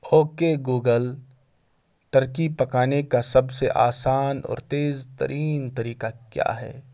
او کے Google turkey پکانے کا سب سے آسان اور تیز ترین طریقہ کیا ہے